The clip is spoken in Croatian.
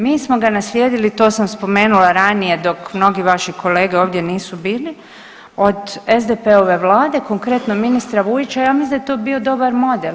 Mi smo ga naslijedili, to sam spomenula ranije dok mnogi vaši kolege ovdje nisu bili, od SDP-ove Vlade, konkretno ministra Vujića, ja mislim da je to bio dobar model.